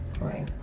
Right